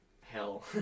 hell